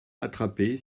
attrapé